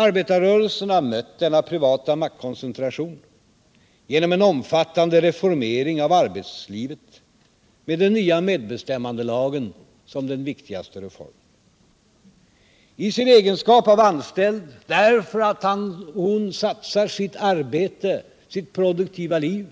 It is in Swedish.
Arbetarrörelsen har mött denna privata maktkoncentration genom en omfattande reformering av arbetslivet med den nya medbestämmandelagen som den viktigaste reformen. I sin egenskap av anställd, därför att han eller hon satsar sitt arbete, sitt produktiva liv,